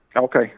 Okay